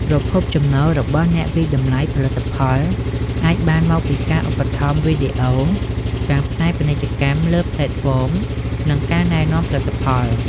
ប្រភពចំណូលរបស់អ្នកវាយតម្លៃផលិតផលអាចបានមកពីការឧបត្ថម្ភវីដេអូ ការផ្សាយពាណិជ្ជកម្មលើផ្លេតហ្វម និងការណែនាំផលិតផល ។